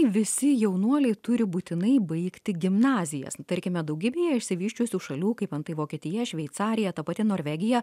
visi jaunuoliai turi būtinai baigti gimnazijas tarkime daugybėje išsivysčiusių šalių kaip antai vokietija šveicarija ta pati norvegija